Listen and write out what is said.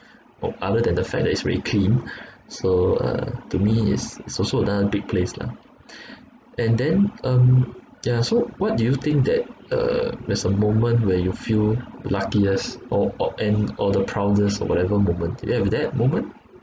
oh other than the fact that it's really clean so uh to me it's it's also another big place lah and then um yeah so what do you think that uh there's a moment where you feel luckiest or or and or the proudest or whatever moment do you have that moment